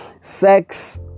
sex